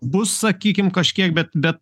bus sakykim kažkiek bet bet